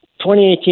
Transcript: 2018